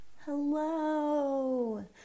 Hello